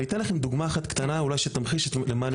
אני אתן לכם דוגמה קטנה שתמחיש לכם.